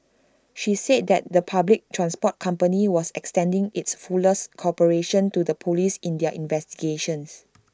she said that the public transport company was extending its fullest cooperation to the Police in their investigations